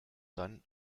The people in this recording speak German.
dann